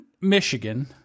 Michigan